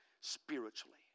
spiritually